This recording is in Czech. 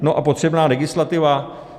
No, a potřebná legislativa?